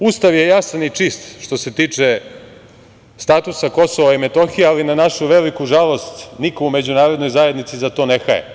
Ustav je jasan i čist što se tiče statusa Kosova i Metohije, ali na našu veliku žalost niko u Međunarodnoj zajednici za to ne haje.